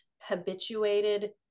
habituated